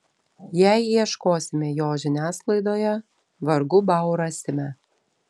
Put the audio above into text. jei ieškosime jo žiniasklaidoje vargu bau rasime